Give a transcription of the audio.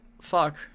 fuck